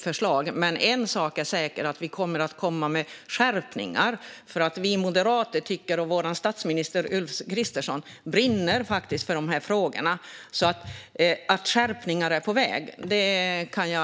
En sak är dock säker: Vi kommer att komma med skärpningar. Vi moderater och vår statsminister Ulf Kristersson brinner faktiskt för dessa frågor, så jag kan lova att skärpningar är på väg.